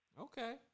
Okay